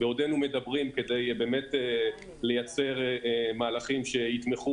בעודנו מדברים כדי באמת לייצר מהלכים שיתמכו